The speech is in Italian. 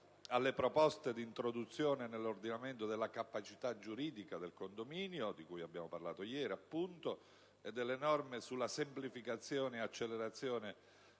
alle proposte di introduzione nell'ordinamento della capacità giuridica del condominio (di cui abbiamo parlato ieri, appunto) e delle norme sulla semplificazione e accelerazione